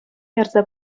ярса